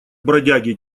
бродяги